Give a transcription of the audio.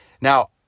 Now